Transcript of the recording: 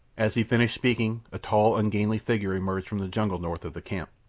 as he finished speaking a tall, ungainly figure emerged from the jungle north of the camp.